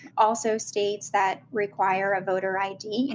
also states that require a voter i. d. and